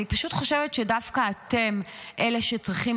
אני פשוט חושבת שדווקא אתם אלה שצריכים